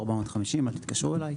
450 "אל תתקשרו אליי".